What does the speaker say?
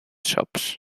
shops